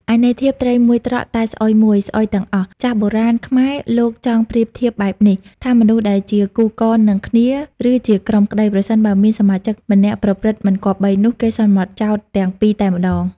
ឯន័យធៀប ត្រីមួយត្រកតែស្អុយមួយ ស្អុយទាំងអស់ ចាស់បុរាណខ្មែរលោកចង់ប្រៀបធៀបបែបនេះ ថាមនុស្សដែលជាគូកននឹងគ្នាឬជាក្រុមក្តី ប្រសិនបើមានសមាជិកណាម្នាក់ប្រព្រឹត្តមិនគប្បី នោះគេសន្មតចោទទាំងពីរតែម្តង។